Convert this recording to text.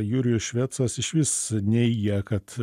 jurijus švecas išvis neigia kad